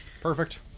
perfect